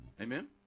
Amen